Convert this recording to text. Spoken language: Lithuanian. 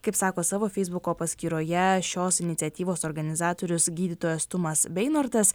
kaip sako savo feisbuko paskyroje šios iniciatyvos organizatorius gydytojas tumas beinortas